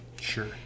Sure